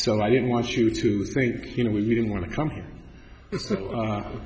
so i didn't want you to think you know when you don't want to come